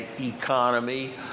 economy